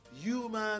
human